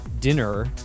dinner